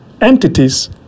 entities